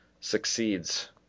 succeeds